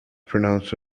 pronounced